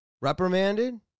reprimanded